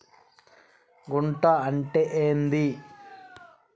గుంట అంటే ఏంది?